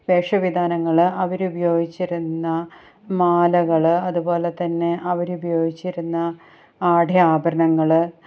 വേഷവിധാനങ്ങള് അവരുപയോഗിച്ചിരുന്ന മാലകള് അതുപോലെതന്നെ അവരുപയോഗിച്ചിരുന്ന ആടയാഭരണങ്ങള്